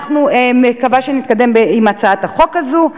אני מקווה שאנחנו נתקדם עם הצעת החוק הזאת.